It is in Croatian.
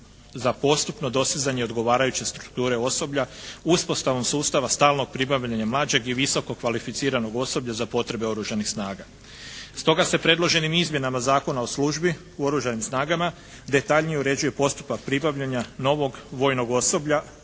za postupno dostizanje odgovarajuće strukture osoblja uspostavom sustava stalnog pribavljanja mlađeg i visoko kvalificiranog osoblja za potrebe oružanih snaga. Stoga se predloženim izmjenama Zakona o službi u oružanim snagama detaljnije uređuje postupak pribavljanja novog vojnog osoblja,